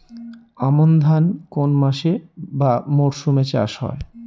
আমন ধান কোন মাসে বা মরশুমে চাষ হয়?